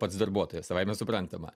pats darbuotojas savaime suprantama